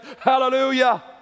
Hallelujah